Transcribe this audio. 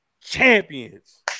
champions